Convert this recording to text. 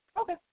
Okay